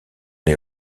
les